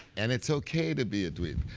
and it's ok to be a dweeb.